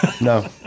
No